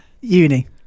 Uni